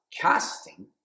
Casting